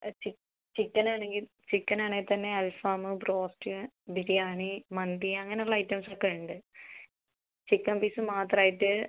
ആ chick chicken ആണെങ്കിൽ chicken ആണേ തന്നെ അൽഫാമ് ബ്രോസ്റ്റ് ബിരിയാണി മന്തി അങ്ങനെ ഉള്ള ഐറ്റംസ് ഒക്കെ ഉണ്ട് ചിക്കൻ പീസ് മാത്രം ആയിട്ട്